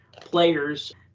players